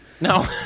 No